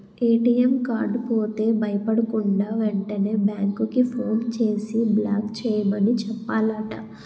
ATM card పోతే భయపడకుండా, వెంటనే బేంకుకి ఫోన్ చేసి బ్లాక్ చేయమని చెప్పాలట